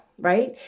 right